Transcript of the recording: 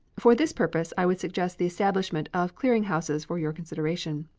for this purpose i would suggest the establishment of clearing houses for your consideration.